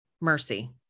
Mercy